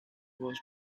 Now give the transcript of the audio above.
was